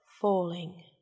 FALLING